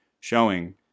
showing